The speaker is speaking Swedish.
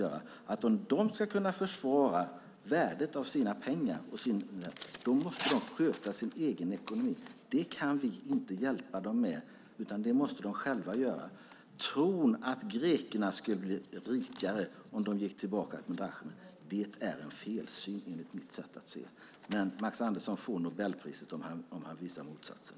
Om de ska kunna försvara värdet av sina pengar måste de sköta sin egen ekonomi. Det kan vi inte hjälpa dem med. Det måste de göra själva. Tron att grekerna skulle bli rikare om de gick tillbaka till drakmen är en felsyn enligt mitt sätt att se det. Max Andersson får Nobelpriset om han visar motsatsen.